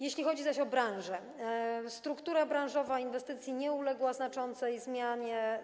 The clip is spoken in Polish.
Jeśli chodzi zaś o branżę, struktura branżowa inwestycji nie uległa znaczącej zmianie.